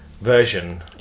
version